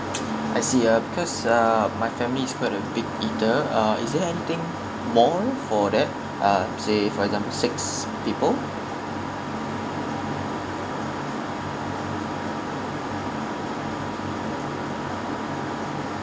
I see ya because uh my family is quite a big eater uh is there anything more for that uh say for example six people